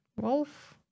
Wolf